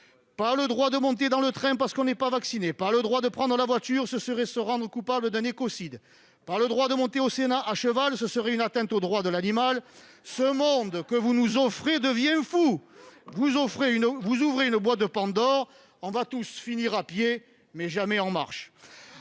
Pas le droit de monter dans le train, parce qu'on n'est pas vacciné. Pas le droit de prendre la voiture, car ce serait se rendre coupable d'un écocide. Pas le droit de venir au Sénat à cheval, une atteinte au droit de l'animal. Ce monde que vous nous offrez devient fou ! Vous ouvrez une boîte de Pandore. On va tous finir à pied, mais jamais en marche